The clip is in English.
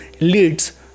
leads